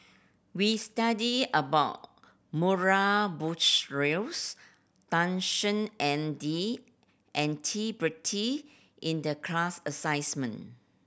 we studied about Murray Buttrose Tan Shen and D N T Pritt in the class assessment